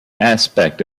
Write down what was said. aspect